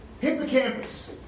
Hippocampus